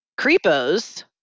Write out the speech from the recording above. creepos